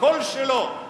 הכול שלו.